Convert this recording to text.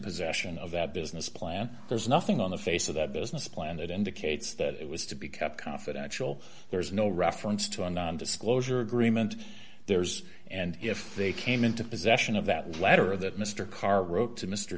possession of that business plan there's nothing on the face of that business plan that indicates that it was to be kept confidential there is no reference to a non disclosure agreement there's and if they came into possession of that letter that mr carr wrote to mr